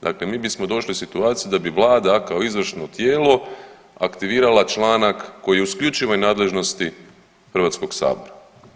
Dakle, mi bismo došli u situaciju da bi Vlada kao izvršno tijelo aktivirala članak koji je u isključivoj nadležnosti Hrvatskoga sabora.